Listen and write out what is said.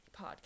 podcast